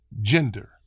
gender